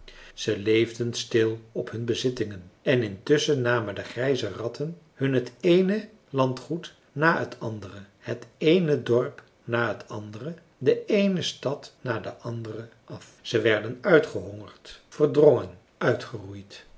ze leefden stil op hun bezittingen en intusschen namen de grijze ratten hun het eene landgoed na t andere het eene dorp na het andere de eene stad na de andere af ze werden uitgehongerd verdrongen uitgeroeid